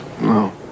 no